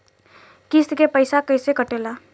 किस्त के पैसा कैसे कटेला?